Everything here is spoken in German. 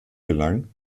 gelang